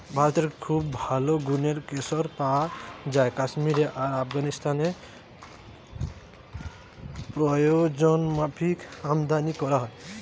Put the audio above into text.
ভারতে খুব ভালো গুনের কেশর পায়া যায় কাশ্মীরে আর আফগানিস্তানে প্রয়োজনমাফিক আমদানী কোরা হয়